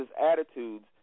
attitudes